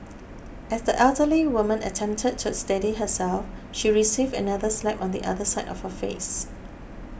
as the elderly woman attempted to steady herself she received another slap on the other side of her face